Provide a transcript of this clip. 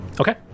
Okay